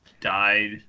died